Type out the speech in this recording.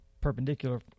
perpendicular